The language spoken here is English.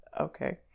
Okay